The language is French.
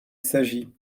s’agit